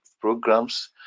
programs